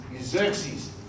Xerxes